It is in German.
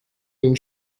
den